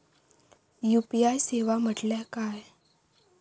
UPI सेवा म्हटल्या काय?